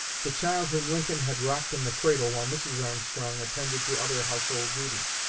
the child whom lincoln had rocked in the cradle while mrs. armstrong attended to other household duties.